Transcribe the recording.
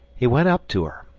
he went up to her.